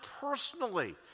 personally